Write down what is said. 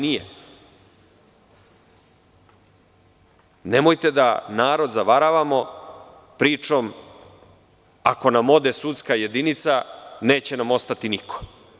Nemojte da narod zavaravamo pričom, ako nam ode sudska jedinica, neće nam ostati niko.